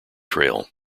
trail